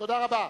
תודה רבה.